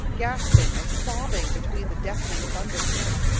gasping and sobbing between the deafening thunder peals.